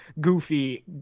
Goofy